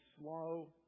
slow